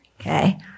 Okay